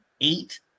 eight